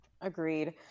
Agreed